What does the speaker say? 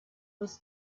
was